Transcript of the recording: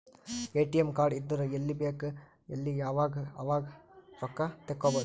ATM card ಇದ್ದುರ್ ಎಲ್ಲಿ ಬೇಕ್ ಅಲ್ಲಿ ಯಾವಾಗ್ ಅವಾಗ್ ರೊಕ್ಕಾ ತೆಕ್ಕೋಭೌದು